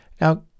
Now